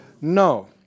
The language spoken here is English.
No